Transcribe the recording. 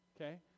Okay